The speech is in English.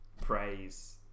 praise